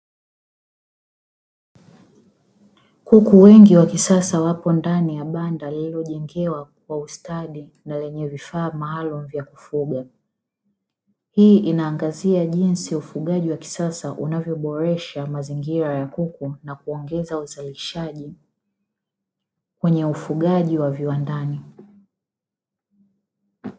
Kuku wengi wa kisasa wapo ndani ya banda lililojengewa kwa ustadi na lenye vifaa maalumu vya kufuga. Hii inaangazia jinsi ufugaji wa kisasa unavyoboresha mazingira ya kuku na kuongeza uzalishaji kwenye ufugaji wa viwandani.